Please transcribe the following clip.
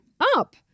up